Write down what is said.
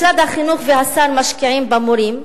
משרד החינוך והשר משקיעים במורים,